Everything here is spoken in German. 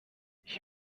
ich